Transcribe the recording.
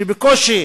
שבקושי